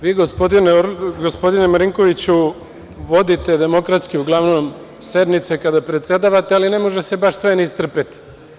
Vi gospodine Marinkoviću, vodite demokratski uglavnom sednice kada predsedavate, ali ne može se baš sve ni istrpeti.